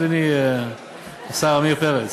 אדוני השר עמיר פרץ?